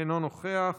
אינו נוכח,